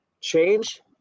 change